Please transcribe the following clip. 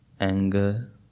anger